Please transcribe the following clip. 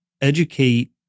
educate